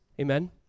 Amen